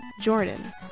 Jordan